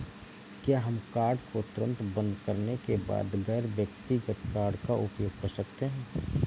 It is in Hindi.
क्या हम कार्ड को तुरंत बंद करने के बाद गैर व्यक्तिगत कार्ड का उपयोग कर सकते हैं?